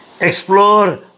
Explore